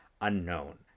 unknown